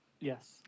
Yes